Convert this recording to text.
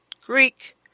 Greek